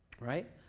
right